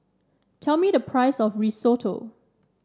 tell me the price of Risotto